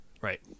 right